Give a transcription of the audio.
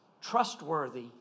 trustworthy